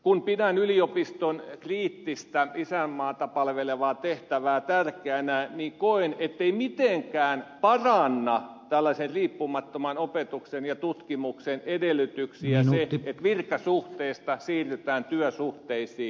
kun pidän yliopiston kriittistä isänmaata palvelevaa tehtävää tärkeänä niin koen ettei mitenkään paranna tällaisen riippumattoman opetuksen ja tutkimuksen edellytyksiä se että virkasuhteista siirrytään työsuhteisiin